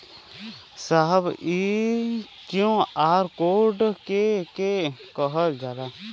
साहब इ QR code के के कहल जाला?